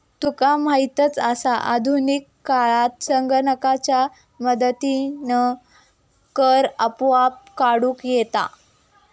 तुका माहीतच आसा, आधुनिक काळात संगणकाच्या मदतीनं कर आपोआप काढूक येता